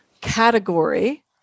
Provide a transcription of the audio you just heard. category